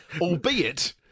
Albeit